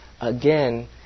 again